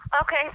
okay